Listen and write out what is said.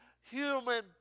human